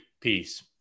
Peace